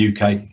uk